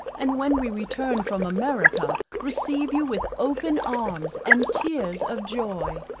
and when we return from america, receive you with open arms and tears of joy.